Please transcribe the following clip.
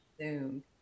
Zoom